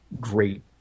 great